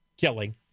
killing